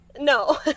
No